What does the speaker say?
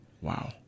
Wow